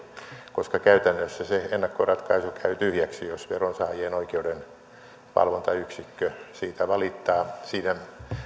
koska käytännössä se ennakkoratkaisu käy tyhjäksi jos veronsaajien oikeudenvalvontayksikkö siitä valittaa siinä tavallaan